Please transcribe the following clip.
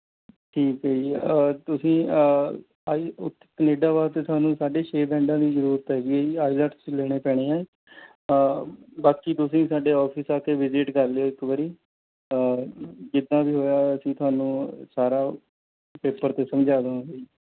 ਠੀਕ ਹੈ ਜੀ ਤੁਸੀਂ ਆਈ ਉਥ ਕਨੇਡਾ ਵਾਸਤੇ ਤੁਹਾਨੂੰ ਸਾਢੇ ਛੇ ਬੈਂਡਾਂ ਦੀ ਜ਼ਰੂਰਤ ਹੈਗੀ ਹੈ ਜੀ ਆਈਲੈਟਸ 'ਚ ਲੈਣੇ ਪੈਣੇ ਹੈ ਬਾਕੀ ਤੁਸੀਂ ਸਾਡੇ ਔਫਿਸ ਆ ਕੇ ਵਿਜ਼ਿਟ ਕਰ ਲਓ ਇੱਕ ਵਾਰੀ ਜਿਸ ਤਰ੍ਹਾਂ ਵੀ ਹੋਇਆ ਅਸੀਂ ਤੁਹਾਨੂੰ ਸਾਰਾ ਪੇਪਰ 'ਤੇ ਸਮਝਾ ਦੇਵਾਂਗੇ ਜੀ